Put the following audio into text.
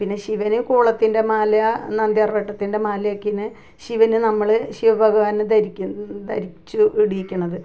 പിന്നെ ശിവന് കൂവളത്തിൻ്റെ മാല നന്ദ്യാർവട്ടത്തിൻ്റെ മാലയൊക്കെ ഇങ്ങനെ ശിവന് നമ്മൾ ശിവ ഭഗവാന് ധരിക്കും ധരിച്ചു ഇടിയിക്കുന്നത്